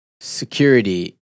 Security